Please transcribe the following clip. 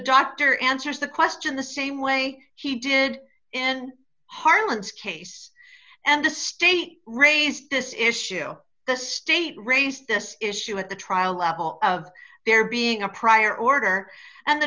doctor answers the question the same way she did in harland's case and the state raised this issue the state raised this issue at the trial level of there being a prior order and the